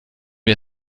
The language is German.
wir